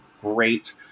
Great